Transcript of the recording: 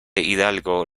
hidalgo